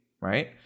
right